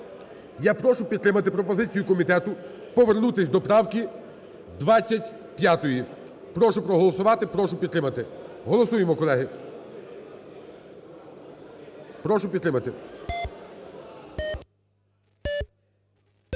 Я прошу підтримати пропозицію комітету повернутися до правки 25-ї. Прошу проголосувати, прошу підтримати. Голосуємо, колеги. Прошу підтримати.